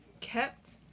kept